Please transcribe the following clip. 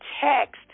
text